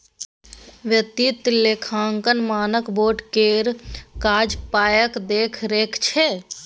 वित्तीय लेखांकन मानक बोर्ड केर काज पायक देखरेख छै